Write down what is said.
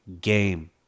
game